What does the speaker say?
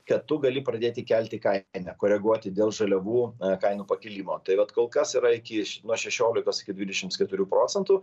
kad tu gali pradėti kelti kainą koreguoti dėl žaliavų kainų pakilimo tai vat kol kas yra iki nuo šešiolikos iki dvidešimts keturių procentų